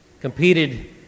Competed